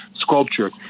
sculpture